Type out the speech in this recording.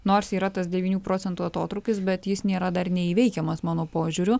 nors yra tas devynių procentų atotrūkis bet jis nėra dar neįveikiamas mano požiūriu